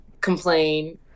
complain